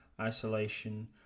isolation